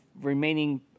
remaining